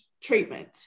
treatment